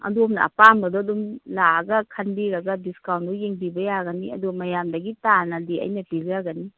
ꯑꯗꯣꯝꯅ ꯑꯄꯥꯝꯕꯗꯣ ꯑꯗꯨꯝ ꯂꯥꯛꯑꯒ ꯈꯟꯕꯤꯔꯒ ꯗꯤꯁꯀꯥꯎꯟꯗꯣ ꯌꯦꯡꯕꯤꯕ ꯌꯥꯒꯅꯤ ꯑꯗꯨ ꯃꯌꯥꯝꯗꯒꯤ ꯇꯥꯅꯗꯤ ꯑꯩꯅ ꯄꯤꯖꯒꯅꯤ